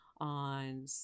on